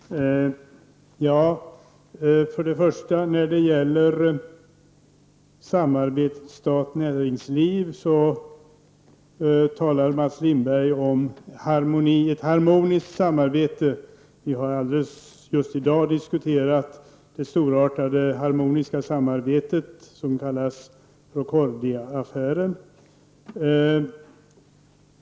Herr talman! Först vill jag säga något beträffande samarbetet staten — näringslivet. Mats Lindberg talar om ett harmoniskt samarbete. Vi har tidigare i dag diskuterat ett storartat harmoniskt samarbete — Procordiaaffären.